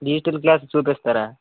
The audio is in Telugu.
డిజిటల్ క్లాస్ చూపిస్తారా